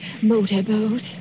motorboat